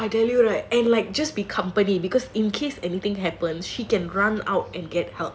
!wah! I tell you right and just accompany because in case anything happens she can run out and get help